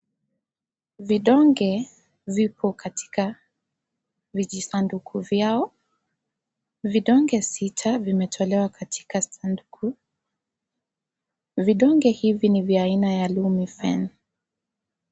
Vidonge vipo katika vijisanduku vyao. Vidonge sita vimetolewa katika sanduku. Vidonge hivi, ni vya aina ya Lomifen.